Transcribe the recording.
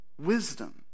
Wisdom